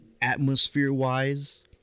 atmosphere-wise